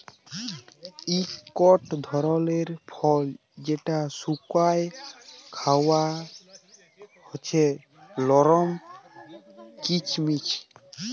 ইকট ধারালের ফল যেট শুকাঁয় খাউয়া হছে লরম কিচমিচ